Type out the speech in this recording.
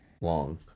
Long